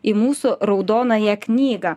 į mūsų raudonąją knygą